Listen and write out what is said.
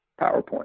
PowerPoint